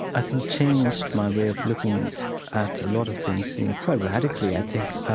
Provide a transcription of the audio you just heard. i think, changed my way of looking at a lot of things, you know, quite radically, i think,